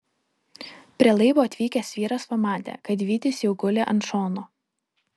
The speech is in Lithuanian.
prie laivo atvykęs vyras pamatė kad vytis jau guli ant šono